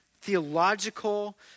theological